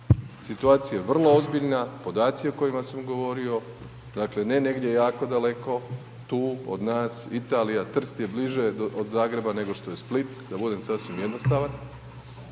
Situacija je vrlo ozbiljna, podaci o kojima sam govorio, dakle ne negdje jako daleko, tu od nas, Italija, Trst je bliže od Zagreba nego što je Split, da budem sasvim jednostavan,